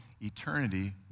eternity